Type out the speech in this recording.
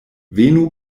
venu